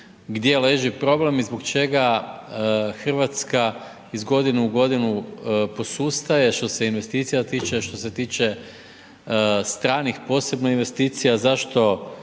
gdje leži problem i zbog čega Hrvatska iz godine u godinu posustaje što se investicija tiče, što se tiče stranih posebno investicija, zašto